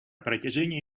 протяжении